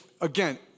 Again